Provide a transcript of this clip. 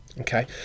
okay